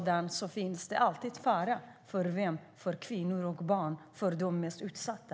Då finns det alltid en fara för kvinnor och barn, som är de mest utsatta.